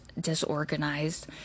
disorganized